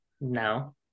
No